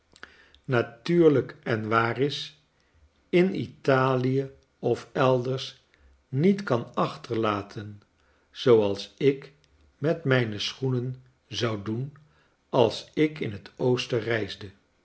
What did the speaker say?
natuurlijk en waar is in italie of elders niet kan achterlaten zooals ik met mijne schoenen zou doen als ik in het oosten reisde